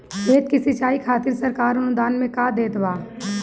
खेत के सिचाई खातिर सरकार अनुदान में का देत बा?